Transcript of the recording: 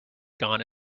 gone